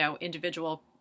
individual